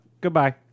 Goodbye